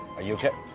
are you okay?